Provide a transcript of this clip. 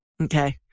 Okay